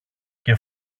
και